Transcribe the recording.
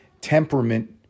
temperament